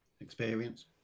experience